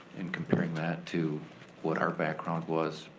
and comparing that to what our background was